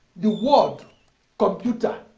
the word computer